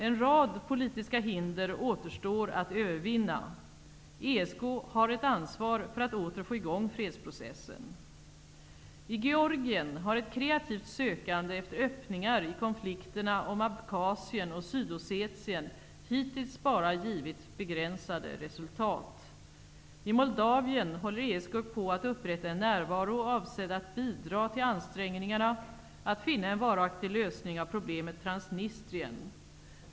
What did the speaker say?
En rad politiska hinder återstår att övervinna. ESK har ett ansvar när det gäller att åter få i gång fredsprocessen. I Georgien har ett kreativt sökande efter öppningar i konflikterna om Abchasien och Sydossetien hittills bara givit begränsade resultat. I Moldavien håller ESK på att upprätta en närvaro avsedd att bidra till ansträngningarna att finna en varaktig lösning på problemet Transnistrien.